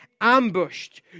ambushed